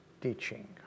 teaching